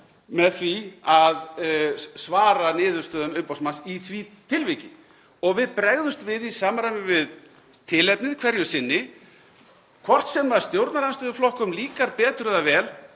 með því að svara niðurstöðum umboðsmanns í því tilviki. Við bregðumst við í samræmi við tilefnið hverju sinni. Hvort sem stjórnarandstöðuflokkum líkar betur eða verr